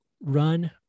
Run